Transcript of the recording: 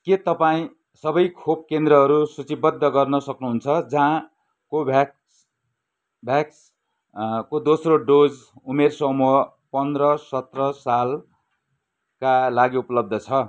के तपाईँँ सबै खोप केन्द्रहरू सूचीबद्ध गर्न सक्नुहुन्छ जहाँ कोभाभ्याक्स भ्याक्सको दोस्रो डोज उमेर समूह पन्ध्र सत्र सालका लागि उपलब्ध छ